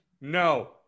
No